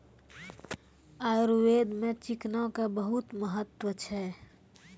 आयुर्वेद मॅ चिकना के बहुत महत्व छै